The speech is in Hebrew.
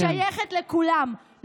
שייכת לכולם,